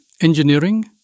Engineering